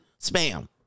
spam